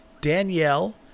Danielle